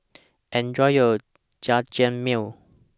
Enjoy your Jajangmyeon